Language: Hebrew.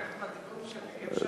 לא, אני אברך בדיבור שלי, אי-אפשר.